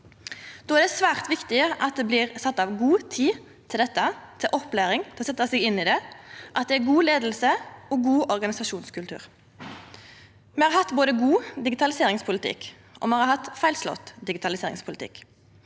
Då er det svært viktig at det blir sett av god tid til opplæring og til å setja seg inn i det – at det er god leiing og god organisasjonskultur. Me har hatt god digitaliseringspolitikk, og me har hatt feilslått digitaliseringspolitikk.